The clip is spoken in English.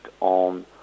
on